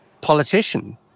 politician